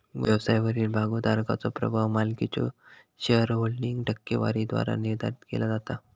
व्यवसायावरील भागोधारकाचो प्रभाव मालकीच्यो शेअरहोल्डिंग टक्केवारीद्वारा निर्धारित केला जाता